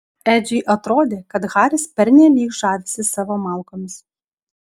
edžiui atrodė kad haris pernelyg žavisi savo malkomis